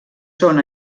són